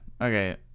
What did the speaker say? Okay